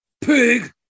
pig